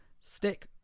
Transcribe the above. stick